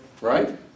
right